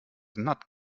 not